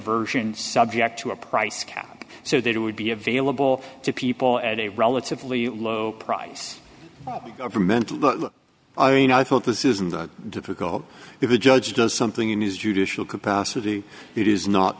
version subject to a price cap so that it would be available to people at a relatively low price governmental i mean i thought this isn't that difficult with a judge does something in his judicial capacity it is not